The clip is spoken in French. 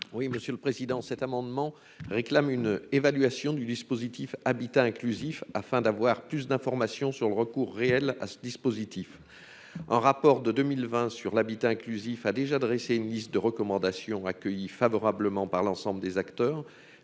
Oui, monsieur le Président, cet amendement réclame une évaluation du dispositif habitat inclusif afin d'avoir plus d'informations sur le recours réel à ce dispositif, un rapport de 2020 sur l'habitat inclusif a déjà dressé une liste de recommandations accueillie favorablement par l'ensemble des acteurs